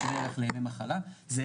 דבר שני,